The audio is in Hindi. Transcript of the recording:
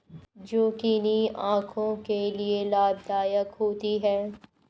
जुकिनी आंखों के लिए लाभदायक होती है